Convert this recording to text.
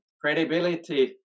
credibility